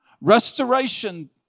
restoration